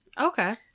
Okay